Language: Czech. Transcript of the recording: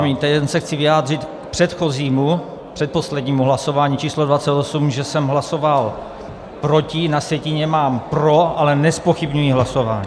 Promiňte, jen se chci vyjádřit k předchozímu, předposlednímu hlasování číslo 28, že jsem hlasoval proti, na sjetině mám pro, ale nezpochybňuji hlasování.